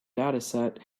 dataset